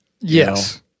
Yes